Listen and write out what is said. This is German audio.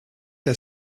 der